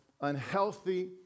unhealthy